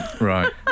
right